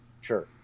sure